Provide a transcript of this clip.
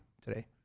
today